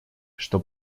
что